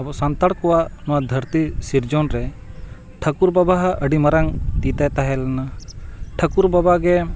ᱟᱵᱚ ᱥᱟᱱᱛᱟᱲ ᱠᱚᱣᱟᱜ ᱱᱚᱣᱟ ᱫᱷᱟᱹᱨᱛᱤ ᱥᱤᱨᱡᱚᱱ ᱨᱮ ᱴᱷᱟᱹᱠᱩᱨ ᱵᱟᱵᱟᱣᱟᱜ ᱟᱹᱰᱤ ᱢᱟᱨᱟᱝ ᱛᱤ ᱛᱟᱭ ᱛᱟᱦᱮᱸ ᱞᱮᱱᱟ ᱴᱷᱟᱹᱠᱩᱨ ᱵᱟᱵᱟ ᱜᱮ